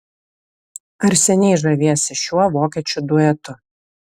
ar seniai žaviesi šiuo vokiečių duetu